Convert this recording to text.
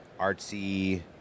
artsy